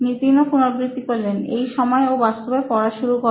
নিতিন এই সময় ও বাস্তবে পড়া শুরু করে